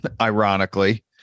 Ironically